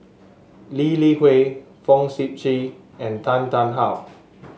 Lee Li Hui Fong Sip Chee and Tan Tarn How